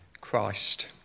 Christ